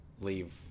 leave